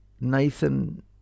Nathan